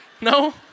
No